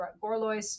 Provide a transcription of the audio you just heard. Gorlois